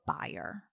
buyer